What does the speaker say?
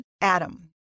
Adam